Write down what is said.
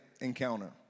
encounter